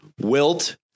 Wilt